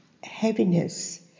heaviness